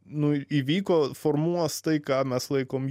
nu įvyko formuos tai ką mes laikom